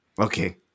Okay